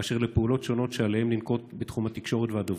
באשר לפעולות שונות שעליהם לנקוט בתחום התקשורת והדוברות.